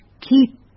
keep